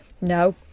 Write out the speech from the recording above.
No